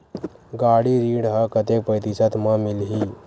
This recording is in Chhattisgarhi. गाड़ी ऋण ह कतेक प्रतिशत म मिलही?